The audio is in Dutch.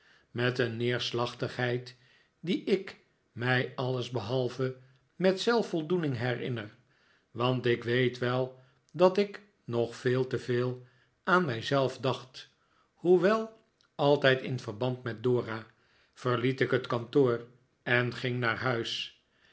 met een neerslachtigheid die ik mij alles behalve met zelfvoldoening herinner want ik weet wel dat ik nog veel te veel aan mij zelf dacht hoewel altijd in verband met dora verliet ik het kantoor en ging naar huis